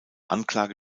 anklage